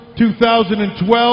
2012